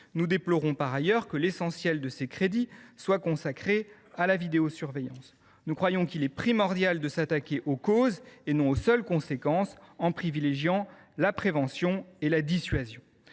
Nous déplorons par ailleurs que l’essentiel de ces crédits soit consacré à la vidéosurveillance. Nous croyons qu’il est primordial de s’attaquer aux causes et non aux seules conséquences, en privilégiant la prévention et la dissuasion.